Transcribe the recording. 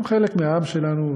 הם חלק מהעם שלנו,